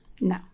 No